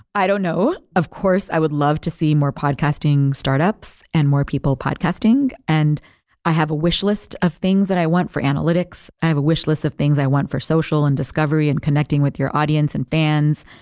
i don't know. of course i would love to see more podcasting startups and more people podcasting, and i have a wish list of things that i want chartbeat-like analytics. i have a wish list of things i want for social and discovery and connecting with your audience and fans.